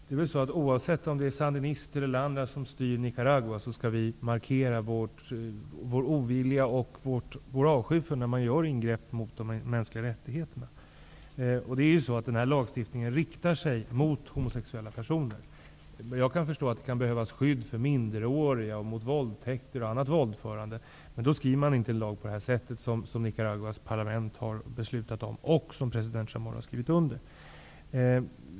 Herr talman! Oavsett om det är sandinister eller andra som styr Nicaragua skall vi markera vår ovilja och avsky mot att man gör ingrepp i de mänskliga rättigheterna. Den här lagstiftningen riktar sig mot homosexuella personer. Jag förstår att det kan behövas skydd för minderåriga och mot våldtäkter och annat våldförande, men i så fall skriver man inte en lag på det sätt som Nicaraguas parlament har fattat beslut om -- och som president Chamorro har skrivit under.